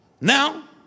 Now